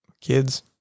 kids